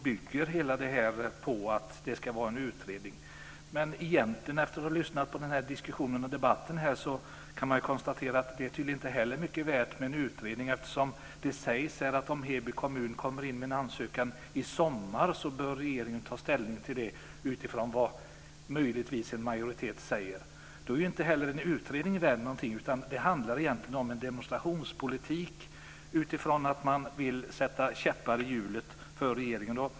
Hela detta bygger på att det ska vara en utredning. Men efter att jag har lyssnat på denna debatt kan jag konstatera att det tydligen inte heller är mycket värt med en utredning, eftersom det här sägs att om Heby kommun kommer in med en ansökan i sommar så bör regeringen ta ställning till den utifrån vad möjligtvis en majoritet säger. Då är ju inte heller en utredning värd någonting, utan det handlar egentligen om en demonstrationspolitik utifrån att man vill sätta käppar i hjulet för regeringen.